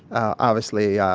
obviously, yeah